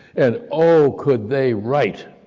and, oh, could they write!